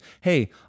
hey